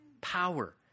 power